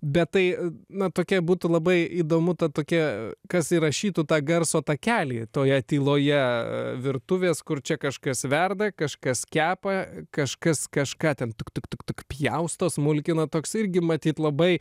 bet tai na tokia būtų labai įdomu ta tokia kas įrašytų tą garso takelį toje tyloje virtuvės kur čia kažkas verda kažkas kepa kažkas kažką ten tuk tuk tuk tuk pjausto smulkina toks irgi matyt labai